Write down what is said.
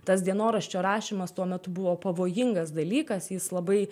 tas dienoraščio rašymas tuo metu buvo pavojingas dalykas jis labai